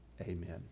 Amen